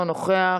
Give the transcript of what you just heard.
אינו נוכח,